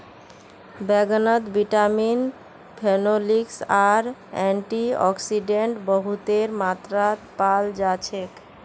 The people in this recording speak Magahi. बैंगनत विटामिन, फेनोलिक्स आर एंटीऑक्सीडेंट बहुतेर मात्रात पाल जा छेक